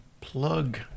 plug